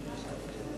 התש"ע 2010, נתקבל.